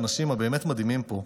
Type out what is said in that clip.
ואנשים באמת מדהימים פה,